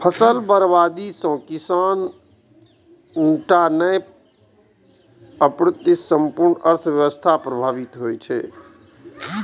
फसल बर्बादी सं किसाने टा नहि, अपितु संपूर्ण अर्थव्यवस्था प्रभावित होइ छै